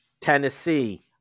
Tennessee